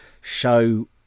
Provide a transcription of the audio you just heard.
show